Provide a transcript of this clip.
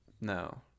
No